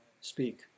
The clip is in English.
speak